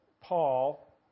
Paul